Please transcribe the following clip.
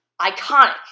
iconic